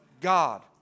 God